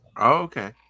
okay